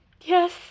Yes